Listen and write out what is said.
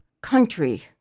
country